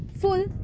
full